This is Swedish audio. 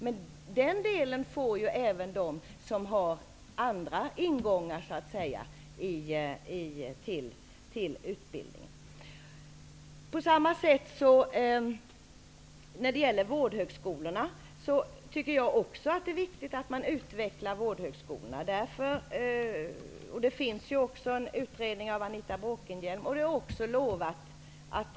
Men den skillnaden får även de som har andra ingångar till utbildningen ta del av. Sedan är det fråga om vårdhögskolorna. Jag tycker också att det är viktigt att man utvecklar utbildningen på vårdhögskolorna. Det finns en utredning som pågår med Anita Bråkenhielm som utredare.